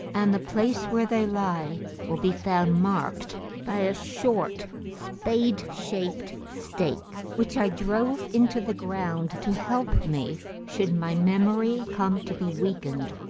and the place where they lie will be found marked by a short spade-shaped stake, which i drove into the ground, to help me should my memory come to be weakened.